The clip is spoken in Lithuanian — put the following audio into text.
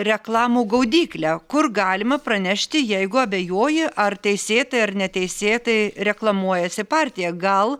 reklamų gaudyklę kur galima pranešti jeigu abejoji ar teisėtai ar neteisėtai reklamuojasi partija gal